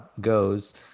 goes